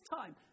time